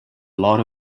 lot